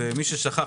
למי ששכח,